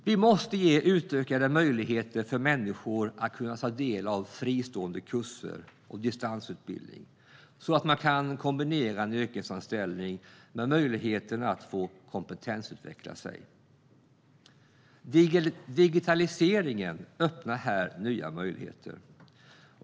Vi måste ge utökade möjligheter för människor att ta del av fristående kurser och distansutbildning, så att man kan kombinera en yrkesanställning med möjligheten till kompetensutveckling. Digitaliseringen öppnar här nya möjligheter.